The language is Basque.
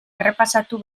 errepasatu